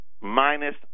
minus